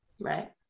right